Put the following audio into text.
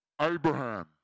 Abraham